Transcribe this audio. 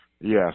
Yes